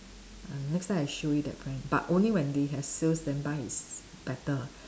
uh next time I show you that brand but only when they have sales then buy it's better